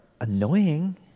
annoying